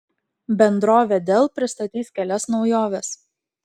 bendrovė dell pristatys kelias naujoves